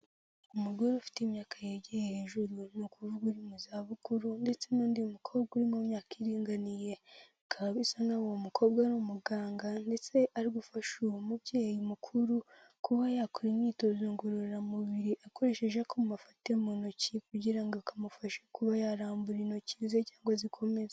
Umugore ufite imyaka yigiye hejuru, ni ukuvuga uri mu zabukuru ndetse n'undi mukobwa uri mu myaka iringaniye, bikaba bisa naho uwo mukobwa ari umuganga ndetse ari gufasha uwo mubyeyi mukuru kuba yakora imyitozo ngororamubiri, akoresheje akuma afata mu ntoki kugira ngo kamufashe kuba yarambura intoki ze cyangwa zikomere.